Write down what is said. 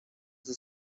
the